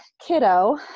kiddo